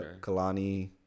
Kalani